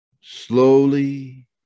Slowly